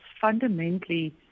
fundamentally